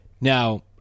Now